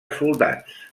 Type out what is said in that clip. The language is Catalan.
soldats